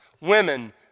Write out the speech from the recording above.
women